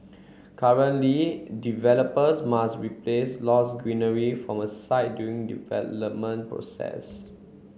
currently developers must replace lost greenery from a site during development process